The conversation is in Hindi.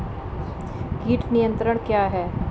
कीट नियंत्रण क्या है?